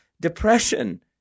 depression